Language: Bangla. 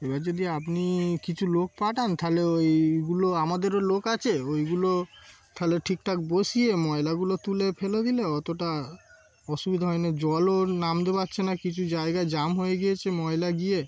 এবার যদি আপনি কিছু লোক পাঠান তাহলে ওইগুলো আমাদেরও লোক আছে ওইগুলো তাহলে ঠিকঠাক বসিয়ে ময়লাগুলো তুলে ফেলে দিলে অতটা অসুবিধা হয়নি জলও নামতে পারছে না কিছু জায়গায় জ্যাম হয়ে গিয়েছে ময়লা গিয়ে